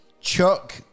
Chuck